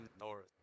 North